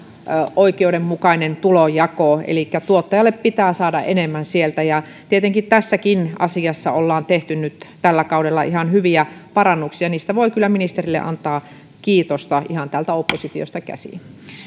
oikeudenmukainen tulonjako elikkä tuottajalle pitää saada enemmän sieltä tietenkin tässäkin asiassa ollaan tehty nyt tällä kaudella ihan hyviä parannuksia niistä voi kyllä ministerille antaa kiitosta ihan täältä oppositiosta käsin